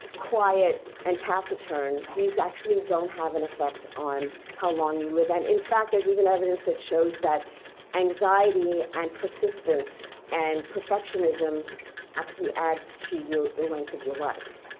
quiet and taciturn. these actually don't have an effect on how long you live. and in fact, there's even evidence that shows that anxiety and persistence and perfectionism actually adds to the length of your life,